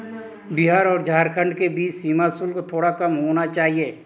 बिहार और झारखंड के बीच सीमा शुल्क थोड़ा कम होना चाहिए